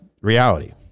reality